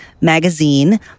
magazine